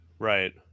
Right